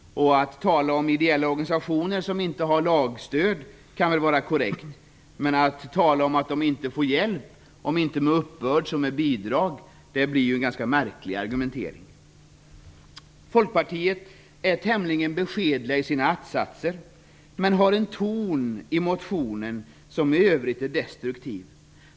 Att tala om ideella organisationer som inte har lagstöd kan väl vara korrekt, men att tala om att de inte får hjälp, om inte med uppbörd så med bidrag, blir en ganska märklig argumentering. Folkpartiet är tämligen beskedligt i sina att-satser, men har en ton i motionen i övrigt som är destruktiv.